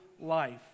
life